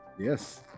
Yes